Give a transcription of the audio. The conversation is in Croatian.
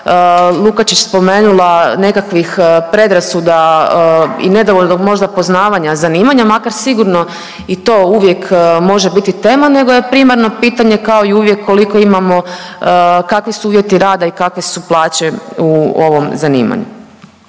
Lukačić spomenula nekakvih predrasuda i nedovoljnog možda poznavanja zanimanja, makar sigurno i to uvijek može biti tema nego je primarno pitanje kao i uvijek koliko imamo, kakvi su uvjeti rada i kakve su plaće u ovom zanimanju.